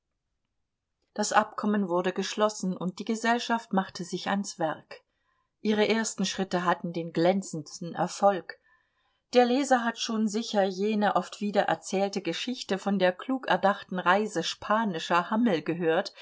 das abkommen wurde geschlossen und die gesellschaft machte sich ans werk ihre ersten schritte hatten den glänzendsten erfolg der leser hat schon sicher jene oft wiedererzählte geschichte von der klug erdachten reise spanischer hammel gehört